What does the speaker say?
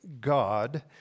God